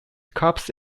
cups